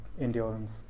endurance